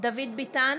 דוד ביטן,